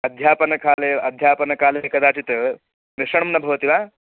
अध्यापनकाले अध्यापनकाले कदाचित् मिश्रणं न भवति वा